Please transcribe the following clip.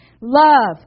love